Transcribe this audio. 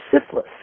syphilis